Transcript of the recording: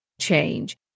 change